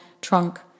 trunk